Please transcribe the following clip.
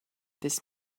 this